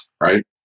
right